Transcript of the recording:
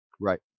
Right